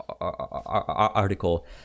article